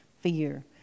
fear